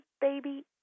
baby